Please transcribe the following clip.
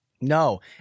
No